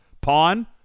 pawn